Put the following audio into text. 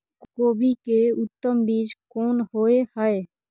कोबी के उत्तम बीज कोन होय है?